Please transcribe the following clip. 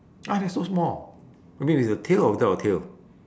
why are they so small you mean with a tail or without a tail